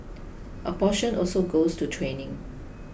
a portion also goes to training